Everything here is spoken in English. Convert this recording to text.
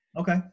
okay